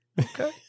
Okay